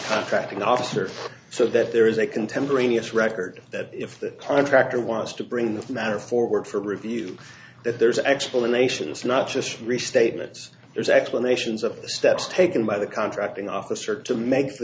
contracting officer so that there is a contemporaneous record that if the contractor wants to bring the matter forward for review if there's explanations not just restatements there's explanations of the steps taken by the contracting officer to make the